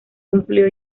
cumplió